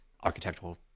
architectural